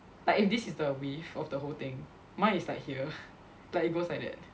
like if this is the width of the whole thing mine is like here like it goes like that